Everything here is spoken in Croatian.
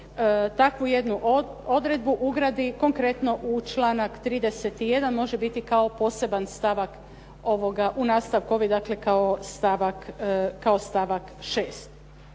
takvu jednu odredbu ugradi konkretno u članak 31. može biti kao jedan poseban stavak, u nastavku dakle kao stavak 6.